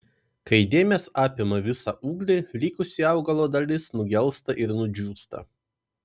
kai dėmės apima visą ūglį likusi augalo dalis nugelsta ir nudžiūsta